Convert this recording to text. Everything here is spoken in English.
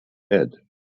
head